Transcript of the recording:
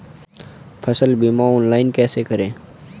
फसल बीमा ऑनलाइन कैसे करें?